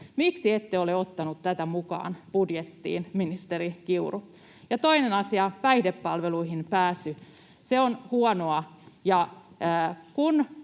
Miksi ette ole ottanut tätä mukaan budjettiin, ministeri Kiuru? Ja toinen asia, päihdepalveluihin pääsy: Se on huonoa. Ja